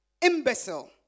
Imbecile